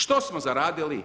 Što smo zaradili?